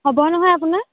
হ'ব নহয় আপোনাৰ